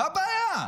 מה הבעיה?